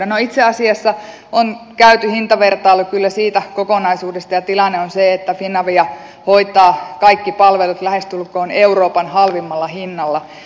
no itse asiassa on käyty hintavertailu kyllä siitä kokonaisuudesta ja tilanne on se että finavia hoitaa kaikki palvelut lähestulkoon euroopan halvimmalla hinnalla